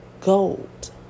gold